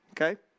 okay